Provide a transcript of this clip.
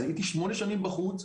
הייתי שמונה שנים בחוץ,